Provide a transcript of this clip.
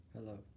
Hello